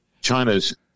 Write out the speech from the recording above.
China's